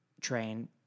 train